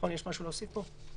האם יש משהו להוסיף פה?